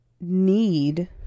need